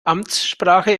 amtssprache